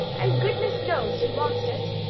and goodness knows who lost it.